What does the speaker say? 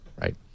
Right